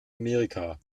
amerika